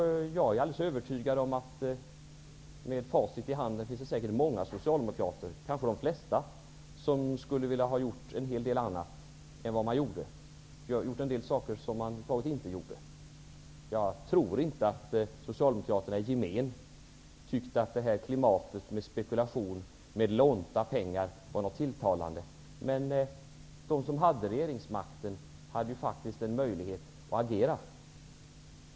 Jag är alldeles övertygad om att det, med facit i hand, finns många socialdemokrater, kanske de flesta, som skulle vilja ha gjort en hel del annorlunda än man gjorde och gjort en del som man över huvud taget inte gjorde. Jag tror inte att Socialdemokraterna i gemen tyckte att detta klimat med spekulation med lånade pengar var något tilltalande. Men de som hade regeringsmakten hade faktiskt en möjlighet att agera.